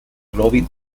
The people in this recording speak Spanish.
robin